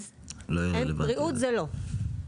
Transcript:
אז בריאות זה לא,